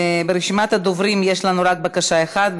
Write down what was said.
ברשימת הדוברים יש לנו רק בקשה אחת,